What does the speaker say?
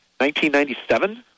1997